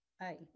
Aye